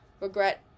regret